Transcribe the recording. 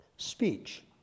Speech